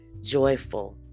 joyful